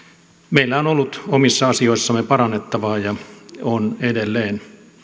meillä on ollut omissa asioissamme parannettavaa ja on edelleen